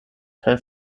kaj